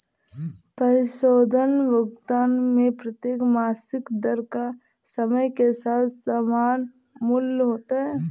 परिशोधन भुगतान में प्रत्येक मासिक दर का समय के साथ समान मूल्य होता है